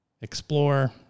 explore